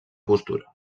postura